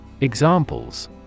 Examples